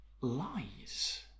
lies